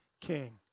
king